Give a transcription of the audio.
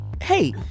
hey